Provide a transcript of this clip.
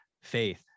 faith